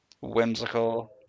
whimsical